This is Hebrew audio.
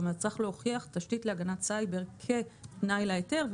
כלומר צריך להוכיח תשתית להגנת סייבר כתנאי להיתר,